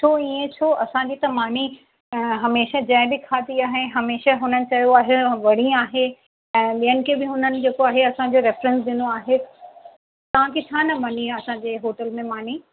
छो ईअं छो असांजी त मानी हमेशह जंहिं बि खाधी आहे हमेशह हुननि चयो आहे वणी आहे ऐं ॿियनि खे बि हुननि जेको आहे असांजो रेफ़्रंस ॾिनो आहे तव्हांखे किथां न वणी आहे असांजे होटल में मानी